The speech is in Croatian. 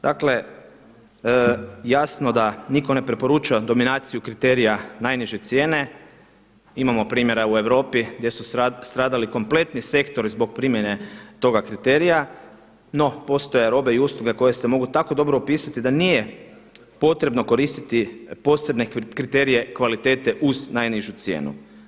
Dakle jasno da nitko ne preporuča dominaciju kriterija najniže cijene, imamo primjera u Europi gdje su stradali kompletni sektori zbog primjene toga kriterija, no postoje robe i usluge koje se mogu tako dobro opisati da nije potrebno koristiti posebne kriterije kvalitete uz najnižu cijenu.